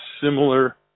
similar